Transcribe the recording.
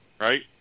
right